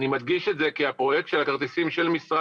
אני מדגיש את זה כי הפרויקט של הכרטיסים של משרד